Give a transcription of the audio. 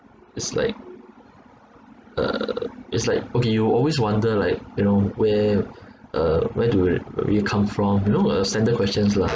it's like uh it's like okay you always wonder like you know where uh where do you come from you know uh standard questions lah